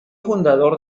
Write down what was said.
fundador